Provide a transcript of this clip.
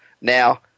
Now